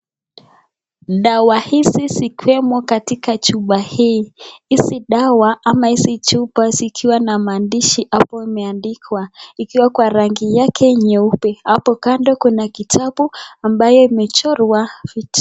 Dawa hizi zikiwemo katika chupa hii, hizi dawa ama hizi chupa zikiwa na maandishi hapo imeandikwa ikiwa kwa rangi yake nyeupe hapo kando kuna kitabu ambayo imechorwa.